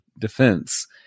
defense